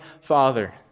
Father